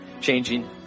changing